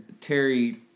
Terry